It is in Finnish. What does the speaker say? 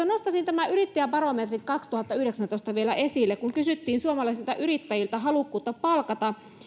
nostaisin yrittäjäbarometrin vuodelta kaksituhattayhdeksäntoista vielä esille kun kysyttiin suomalaisilta yrittäjiltä halukkuutta palkata